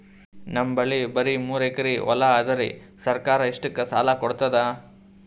ನಮ್ ಬಲ್ಲಿ ಬರಿ ಮೂರೆಕರಿ ಹೊಲಾ ಅದರಿ, ಸರ್ಕಾರ ಇಷ್ಟಕ್ಕ ಸಾಲಾ ಕೊಡತದಾ?